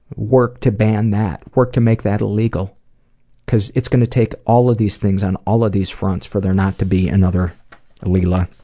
work to ban that, work to make that illegal because it's going to take all of these things on all of these fronts for there not to be another leila.